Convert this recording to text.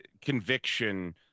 conviction